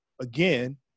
again